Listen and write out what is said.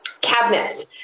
cabinets